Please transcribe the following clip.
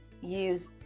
use